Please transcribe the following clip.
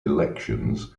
elections